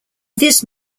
this